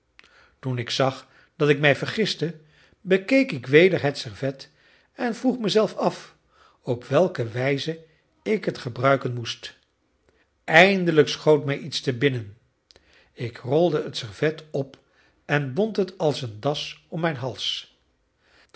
toen ik zag dat ik mij vergiste bekeek ik weder het servet en vroeg mezelf af op welke wijze ik het gebruiken moest eindelijk schoot mij iets te binnen ik rolde het servet op en bond het als een das om mijn hals